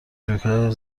جوکهای